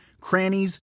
crannies